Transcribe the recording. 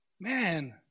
Man